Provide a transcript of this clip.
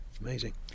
amazing